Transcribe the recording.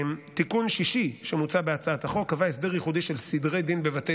תיקון שישי שמוצע בהצעת החוק קבע הסדר ייחודי של סדרי דין בבתי